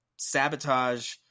Sabotage